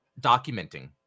documenting